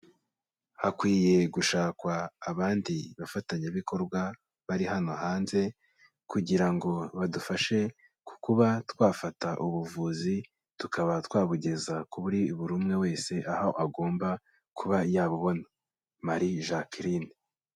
Hakwiye gushakwa abandi bafatanyabikorwa bari hano hanze kugira ngo badufashe ku kuba twafata ubuvuzi tukaba twabugeza kuri buri umwe wese aho agomba kuba ya Marie Jacqueline.